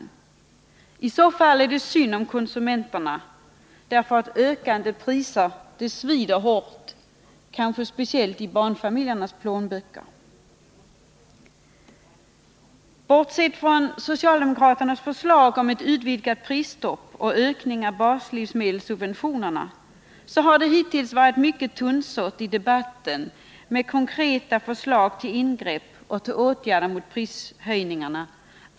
I så fall är det synd om konsumenterna — för ökande priser svider hårt, kanske speciellt i barnfamiljernas plånböcker. Bortsett från socialdemokraternas förslag om ett utvidgat prisstopp och en ökning av baslivsmedelssubventionerna har det hittills varit mycket tunnsått i debatten med konkreta förslag till ingrepp och till åtgärder mot prishöjningarna.